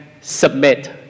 submit